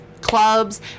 clubs